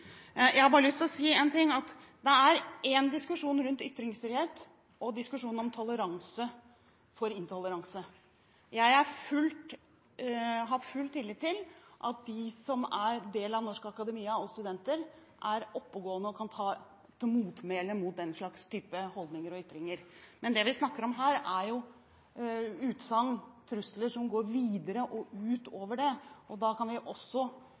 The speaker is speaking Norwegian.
Jeg har bare lyst til å si en ting, at det er én diskusjon rundt ytringsfrihet og én diskusjon om toleranse for intoleranse. Jeg har full tillit til at de som er del av norsk akademia og studenter, er oppegående og kan ta til motmæle mot den slags type holdninger og ytringer. Men det vi snakker om her, er utsagn og trusler som går videre og utover det, og da kan vi også